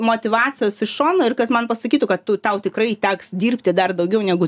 motyvacijos iš šono ir kad man pasakytų kad tu tau tikrai teks dirbti dar daugiau negu